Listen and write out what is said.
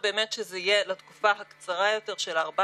וחלק מאיתנו ממשיכים להיות סטודנטים בפקולטה של החיים.